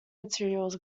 materials